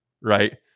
right